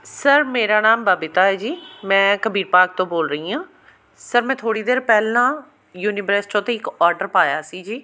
sir ਮੇਰਾ ਨਾਮ ਬਬੀਤਾ ਹੈ ਜੀ ਮੈਂ ਕਬੀਰ ਪਾਰਕ ਤੋਂ ਬੋਲ ਰਹੀ ਹਾਂ ਸਰ ਮੈਂ ਥੋੜ੍ਹੀ ਦੇਰ ਪਹਿਲਾਂ ਯੂਨੀਵਰੈਸਟੋ 'ਤੇ ਇੱਕ ਔਡਰ ਪਾਇਆ ਸੀ ਜੀ